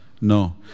No